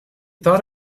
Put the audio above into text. thought